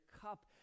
cup